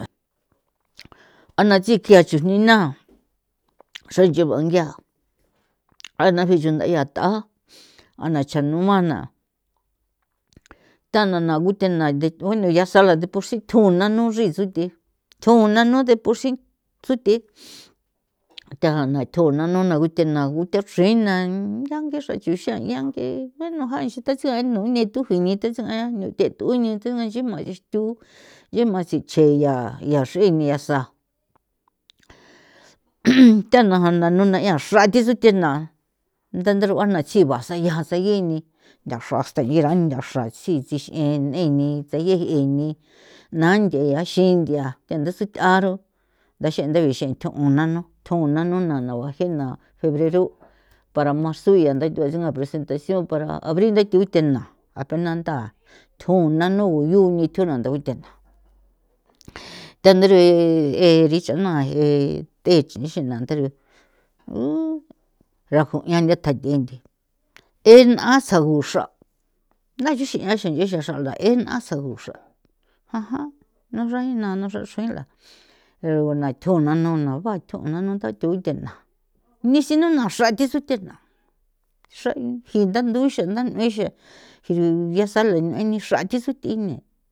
A na tsi kjia chujni na xrancho bangia na xi chunda yaa th'a ana chanua na thana na guthe na nthe ya sala deporsi tju nanu xri tsuthe'e thjo nanu deporsi tsuthe'e thana tjuna nanu u the naa gu the chrina nya ng'e xra chuxia'ian nge bueno jainxi tha tsiga ngai jno ne thujini tha tsue niu the thuini thue ni xi jma tho yee jma tsiche ya xrejni sa thana jana nuna'ia xra thi tsuthena ntha ntharu'a na tsi ba saya ja segi jni ndaxra hasta nchera ya xra tsi sixien nie nitseyie ni na nthie a xingia the ndatsuth'a ro nda xe ndui xetu'u nano tju nano na bajena febrero para marzo ya ntha thi suen presentacion para abril u ntha thi uthena apena ntha tjo nanu o yo unitjo ntha u thena thana re richa jna je the che ixi na nthara uu raju'ia ntheta thi nde e tsa gu xra na nchixi'a xa nche xa xra la e la xraguxra na xra jina na xra xila pero guna tjuna nuna batjona no ntha the u thena nixi na na xra thi tsuthena xra jintha nthu xentha nuixe giia sala nue'e ni xra thi tsuth'i ne.